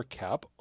cap